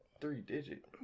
Three-digit